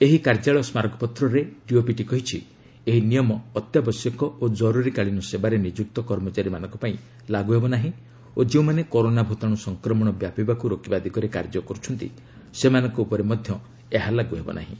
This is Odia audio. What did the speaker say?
ଏହି କାର୍ଯ୍ୟାଳୟ ସ୍କାରକପତ୍ରରେ ଡିଓପିଟି କହିଛି ଏହି ନିୟମ ଅତ୍ୟାବଶ୍ୟକ ଓ ଜରୁରିକାଳୀନ ସେବାରେ ନିଯୁକ୍ତ କର୍ମଚାରୀମାନଙ୍କ ପାଇଁ ଲାଗୁ ହେବ ନାହିଁ ଓ ଯେଉଁମାନେ କରୋନା ଭୂତାଣୁ ସଂକ୍ରମଣ ବ୍ୟାପିବାକୁ ରୋକିବା ଦିଗରେ କାର୍ଯ୍ୟ କରୁଛନ୍ତି ସେମାନଙ୍କ ଉପରେ ମଧ୍ୟ ଏହା ଲାଗୁ ହେବ ନାହିଁ